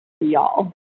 Y'all